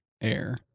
Air